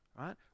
right